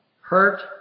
hurt